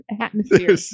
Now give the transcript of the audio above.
atmosphere